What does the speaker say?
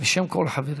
בשם כל החברים.